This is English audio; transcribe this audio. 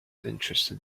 interested